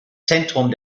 zentrum